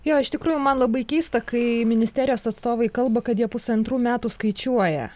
jo iš tikrųjų man labai keista kai ministerijos atstovai kalba kad jie pusantrų metų skaičiuoja